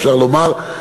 אפשר לומר,